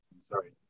sorry